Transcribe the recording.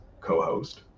co-host